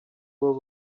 were